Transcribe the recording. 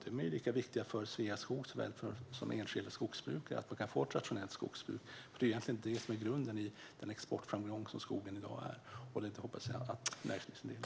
De är lika viktiga för Sveaskog som för enskilda skogsbrukare för att man ska få ett rationellt skogsbruk. Det är egentligen det som är grunden i den exportframgång som skogen i dag är. Detta hoppas jag att näringsministern delar.